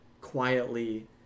quietly